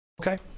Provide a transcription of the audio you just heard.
Okay